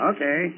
Okay